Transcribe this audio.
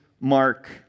mark